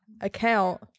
account